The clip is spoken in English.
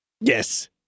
Yes